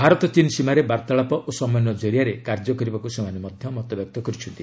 ଭାରତ ଚୀନ୍ ସୀମାରେ ବାର୍ତ୍ତାଳାପ ଓ ସମନ୍ଧୟ କରିଆରେ କାର୍ଯ୍ୟ କରିବାକୁ ସେମାନେ ମତବ୍ୟକ୍ତ କରିଛନ୍ତି